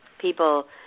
people